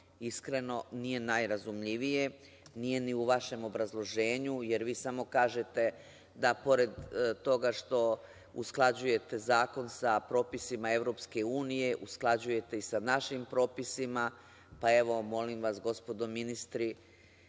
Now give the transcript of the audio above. nije najrazumljivije, nije ni u vašem obrazloženju, jer vi samo kažete da pored toga što usklađujete zakon sa propisima EU, usklađujete i sa našim propisima, pa evo, molim vas gospodo ministri